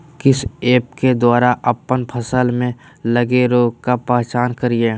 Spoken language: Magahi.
किस ऐप्स के द्वारा अप्पन फसल में लगे रोग का पहचान करिय?